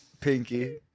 Pinky